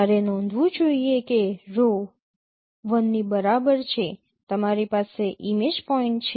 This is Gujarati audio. તમારે નોંધવું જોઈએ કે rho 1 ની બરાબર છે તમારી પાસે ઇમેજ પોઈન્ટ છે